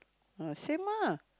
ah same ah